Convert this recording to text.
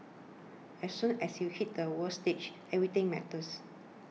as soon as you hit the world stage everything matters